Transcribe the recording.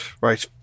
Right